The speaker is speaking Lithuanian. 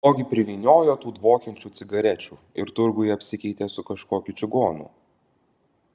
ogi privyniojo tų dvokiančių cigarečių ir turguje apsikeitė su kažkokiu čigonu